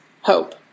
hope